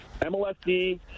MLSD